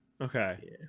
Okay